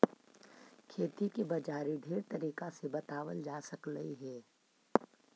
खेती के बाजारी ढेर तरीका से बताबल जा सकलाई हे